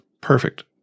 perfect